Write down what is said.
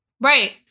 Right